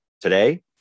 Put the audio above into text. today